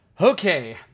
Okay